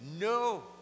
No